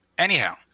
Anyhow